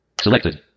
Selected